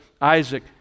Isaac